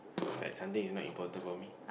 like something is not important for me